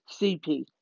CP